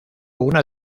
una